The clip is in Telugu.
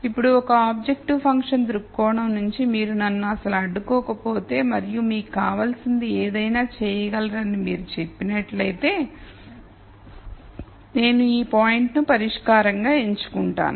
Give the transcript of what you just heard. ఇప్పుడు ఒక ఆబ్జెక్టివ్ ఫంక్షన్ దృక్కోణం నుండి మీరు నన్ను అస్సలు అడ్డుకోకపోతే మరియు మీకు కావలసినది ఏదైనా చేయగలరని మీరు చెప్పినట్లయితే నేను ఈ పాయింట్ ను పరిష్కారంగా ఎంచుకుంటాను